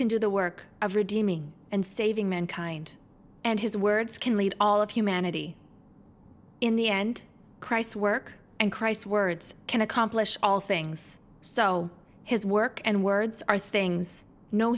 can do the work of redeeming and saving mankind and his words can lead all of humanity in the end christ work and christ words can accomplish all things so his work and words are things no